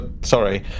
Sorry